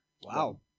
Wow